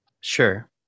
Sure